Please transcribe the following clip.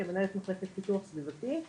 כמנהלת מחלקת פיתוח סביבתי.